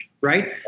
Right